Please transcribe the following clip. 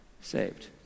saved